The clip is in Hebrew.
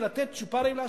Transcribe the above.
ולתת צ'ופרים לעשירים,